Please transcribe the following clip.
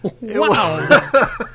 Wow